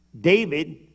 David